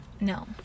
No